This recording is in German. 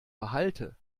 behalte